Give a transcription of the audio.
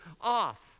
off